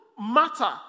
matter